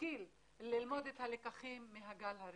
נשכיל ללמוד את הלקחים מהגל הראשון.